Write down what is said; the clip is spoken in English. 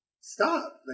stop